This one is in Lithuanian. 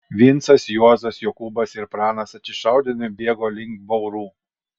vincas juozas jokūbas ir pranas atsišaudydami bėgo link baurų